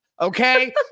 Okay